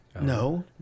No